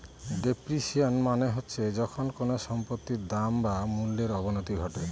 depreciation মানে হচ্ছে যখন কোনো সম্পত্তির দাম বা মূল্যর অবনতি ঘটে